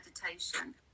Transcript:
meditation